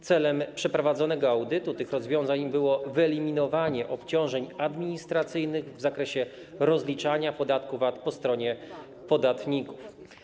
Celem przeprowadzonego audytu tych rozwiązań było wyeliminowanie obciążeń administracyjnych w zakresie rozliczania podatku VAT po stronie podatników.